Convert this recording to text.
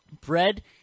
Bread